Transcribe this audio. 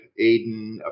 Aiden